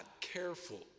careful